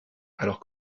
alors